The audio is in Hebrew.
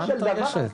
מה את מתרגשת?